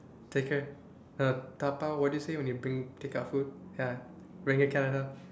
takea~ uh dabao what do you say when you bring take out food ya bring to Canada